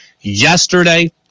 Yesterday